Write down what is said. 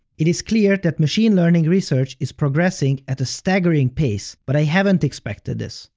it is clear that machine learning research is progressing at a staggering pace, but i haven't expected this.